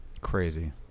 Crazy